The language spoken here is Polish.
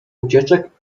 ucieczek